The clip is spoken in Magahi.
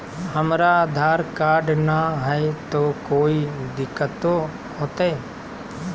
हमरा आधार कार्ड न हय, तो कोइ दिकतो हो तय?